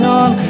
on